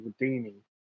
redeeming